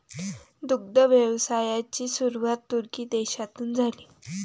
दुग्ध व्यवसायाची सुरुवात तुर्की देशातून झाली